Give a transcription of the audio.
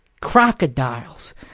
crocodiles